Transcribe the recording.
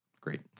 great